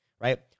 right